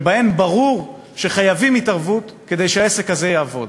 שבהן ברור שחייבים התערבות כדי שהעסק הזה יעבוד.